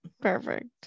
Perfect